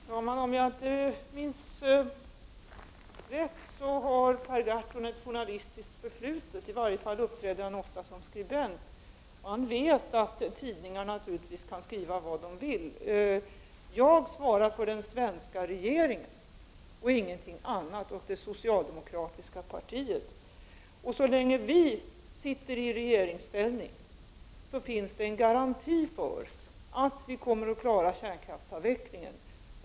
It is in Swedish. Herr talman! Om jag minns rätt har Per Gahrton ett journalistiskt förflutet — i varje fall har han ofta uppträtt som skribent. Han vet naturligtvis att tidningarna kan skriva vad de vill. Jag svarar för den svenska regeringen och det socialdemokratiska partiet, ingenting annat. Så länge vi är i regeringsställning finns det en garanti för att vi kommer att klara kärnkraftsavvecklingen.